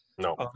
No